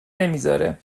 نمیذاره